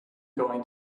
going